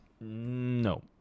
No